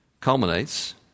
culminates